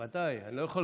תעלה ותבוא